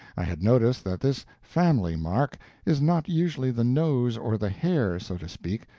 i had noticed that this family-mark is not usually the nose or the hair, so to speak,